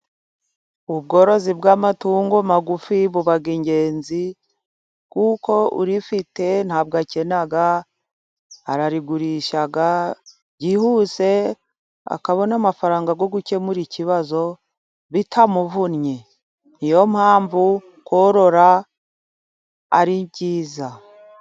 Ubworozi bw'amatungo magufi buba ingenzi，kuko urifite ntabwo akena， ararigurisha， byihuse akabona amafaranga yo gukemura ikibazo bitamuvunnye. Niyo mpamvu korora ari byiza.